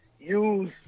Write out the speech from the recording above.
use